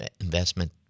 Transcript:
investment